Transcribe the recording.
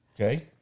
Okay